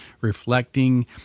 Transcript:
reflecting